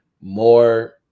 more